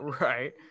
right